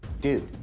do.